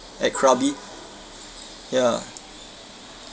at krabi ya